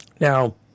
Now